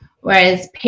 Whereas